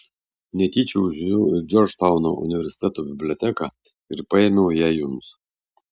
netyčia užėjau į džordžtauno universiteto biblioteką ir paėmiau ją jums